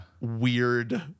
weird